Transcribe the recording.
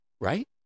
right